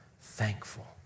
thankful